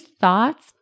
thoughts